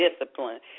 discipline